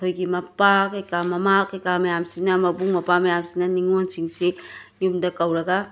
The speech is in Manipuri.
ꯈꯣꯏꯒꯤ ꯃꯄꯥ ꯀꯩꯀꯥ ꯃꯃꯥ ꯀꯩꯀꯥ ꯃꯌꯥꯝꯁꯤꯅ ꯃꯕꯨꯡ ꯃꯧꯄ꯭ꯋꯥ ꯃꯌꯥꯝꯁꯤꯅ ꯅꯤꯉꯣꯟꯁꯤꯡꯁꯤ ꯌꯨꯝꯗ ꯀꯧꯔꯒ